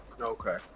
Okay